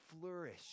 flourish